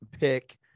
pick